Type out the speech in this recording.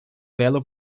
belo